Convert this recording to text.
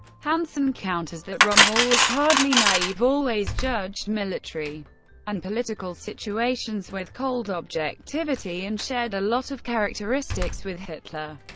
hansen counters that rommel was hardly naive, always judged military and political situations with cold objectivity, and shared a lot of characteristics with hitler,